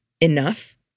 enough